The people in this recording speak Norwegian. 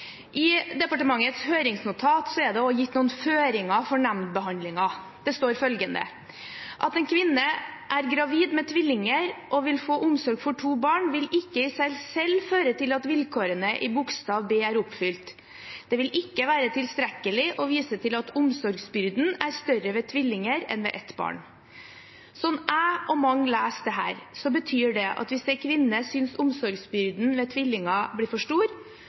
I departementets høringsnotat er det også gitt noen føringer for nemndbehandlingen. Det står følgende: «At en kvinne er gravid med tvillinger og vil få omsorg for to barn vil ikke i seg selv føre til at vilkårene i bokstav b er oppfylt. Det vil ikke være tilstrekkelig å vise til at omsorgsbyrden er større ved tvillinger enn ved ett barn.» Som jeg og mange leser dette, betyr det at hvis en kvinne synes omsorgsbyrden ved tvillinger blir for stor,